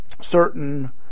certain